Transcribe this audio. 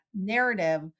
narrative